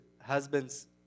husbands